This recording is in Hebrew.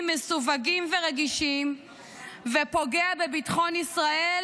מסווגים ורגישים ופוגע בביטחון ישראל,